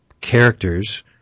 characters